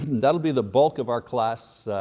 that'll be the bulk of our class,